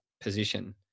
position